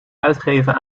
uitgeven